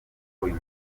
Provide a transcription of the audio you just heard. uyu